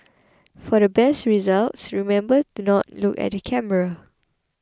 for best results remember to not look at the camera